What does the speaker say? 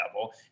double